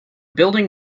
building